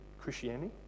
christianity